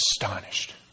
astonished